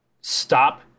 stop